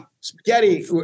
spaghetti